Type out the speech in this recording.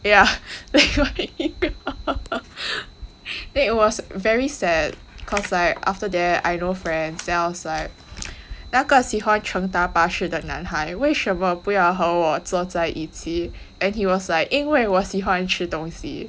yeah it was very sad cause like after that I no friends then I was like 那个喜欢乘搭巴士的男孩为什么不要和我坐在一起 and he was like 因为我喜欢吃东西